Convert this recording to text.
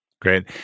Great